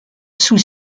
sous